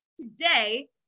today